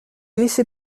laissez